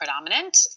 predominant